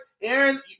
Aaron